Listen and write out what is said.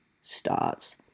starts